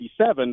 1987